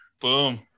Boom